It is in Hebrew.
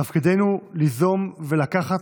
תפקידנו ליזום ולקחת